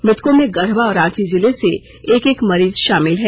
मृतकों में गढ़वा और रांची जिले से एक एक मरीज शामिल है